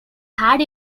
had